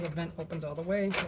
vent opens all the way.